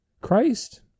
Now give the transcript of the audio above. Christ